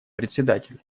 председатель